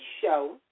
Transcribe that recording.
show